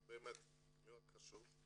זה באמת מאוד חשוב.